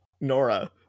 Nora